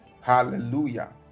Hallelujah